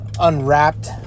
Unwrapped